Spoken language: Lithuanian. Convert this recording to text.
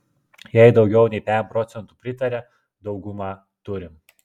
jei daugiau nei pem procentų pritaria daugumą turim